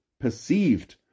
perceived